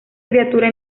criatura